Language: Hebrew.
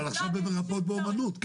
אבל עכשיו מדובר במרפאות באומנות.